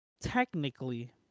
Technically